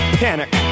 panic